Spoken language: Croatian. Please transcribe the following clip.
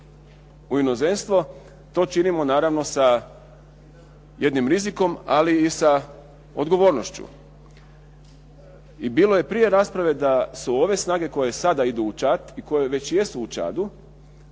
u inozemstvo, to činimo naravno sa jednim rizikom ali i odgovornošću. I bilo je prije rasprave da su ove snage koje sada idu u Čad i koje već jesu u Čadu